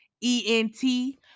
E-N-T